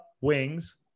wings